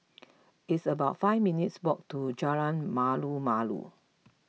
it's about five minutes' walk to Jalan Malu Malu